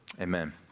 Amen